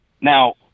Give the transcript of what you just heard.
Now